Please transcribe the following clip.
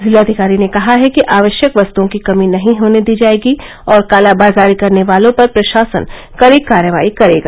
जिलाधिकारी ने कहा है कि आवश्यक वस्तुओं की कमी नहीं होने दी जायेगी और कालाबाजारी करने वालों पर प्रशासन कड़ी कार्रवाई करेगा